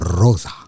Rosa